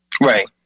right